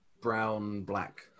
brown-black